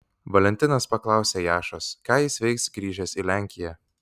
valentinas paklausė jašos ką jis veiks grįžęs į lenkiją